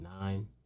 nine